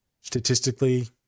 statistically